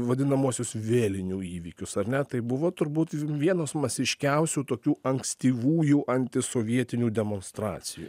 vadinamuosius vėlinių įvykius ar ne tai buvo turbūt vienos masiškiausių tokių ankstyvųjų antisovietinių demonstracijų